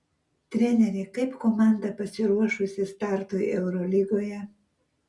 treneri kaip komanda pasiruošusi startui eurolygoje